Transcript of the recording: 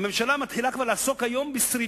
הממשלה מתחילה כבר היום לעסוק בשרידות,